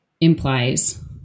implies